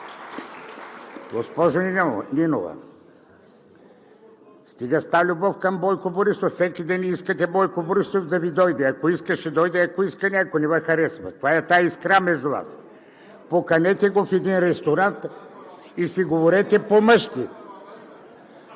Госпожо Нинова, стига с тази любов към Бойко Борисов. Всеки ден искате Бойко Борисов да Ви дойде. Ако иска, ще дойде, ако не иска – не, ако не Ви харесва. Каква е тази искра между Вас?! Поканете го в един ресторант и си говорете по мъжки.